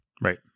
Right